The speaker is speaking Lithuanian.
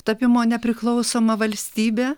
tapimo nepriklausoma valstybe